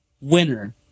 winner